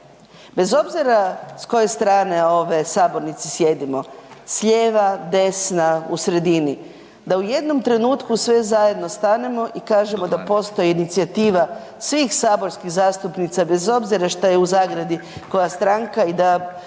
bez obzira s koje strane ove sabornice sjedimo, s lijeva, desna, u sredini, da u jednom trenutku sve zajedno stanemo i kažemo da postoji inicijativa svih saborskih zastupnica bez obzira šta je u zagradi koja stranka i da